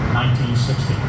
1960